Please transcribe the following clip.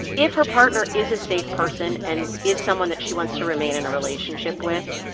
if her partner is a safe person and is someone that she wants to remain in a relationship with,